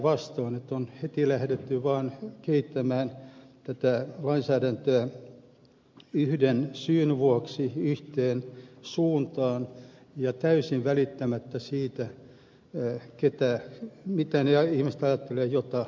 on heti lähdetty vaan kehittämään tätä lainsäädäntöä yhden syyn vuoksi yhteen suuntaan ja täysin välittämättä siitä mitä ne ihmiset ajattelevat joita se koskee